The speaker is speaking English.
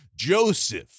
Joseph